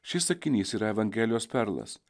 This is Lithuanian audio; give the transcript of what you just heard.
šis sakinys yra evangelijos perlas